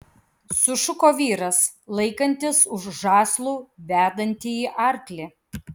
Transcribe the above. sušuko vyras laikantis už žąslų vedantįjį arklį